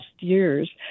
years